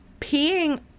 peeing